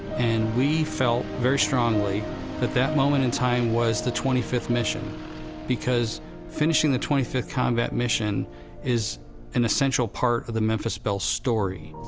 and we felt very strongly that that moment in time was the twenty fifth mission because finishing the twenty fifth combat mission is an essential part of the memphis belle story.